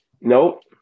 Nope